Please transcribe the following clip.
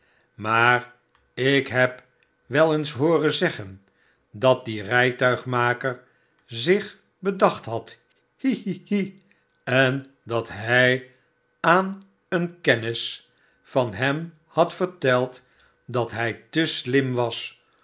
maar ik heb wel eens hooren zeggen dat die rijtuigmaker zich bedacht had hi hi hi en dat hij aan een kennis van hem had verteld dat hij te slim was